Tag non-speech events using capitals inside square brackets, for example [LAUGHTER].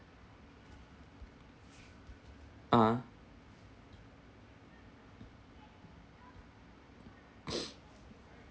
(uh huh) [BREATH]